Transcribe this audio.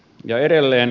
ja edelleen